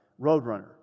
Roadrunner